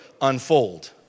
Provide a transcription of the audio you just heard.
unfold